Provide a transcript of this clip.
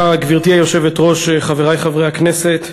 גברתי היושבת-ראש, תודה, חברי חברי הכנסת,